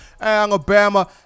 Alabama